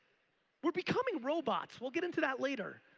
we're becoming robots. we'll get into that later.